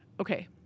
Okay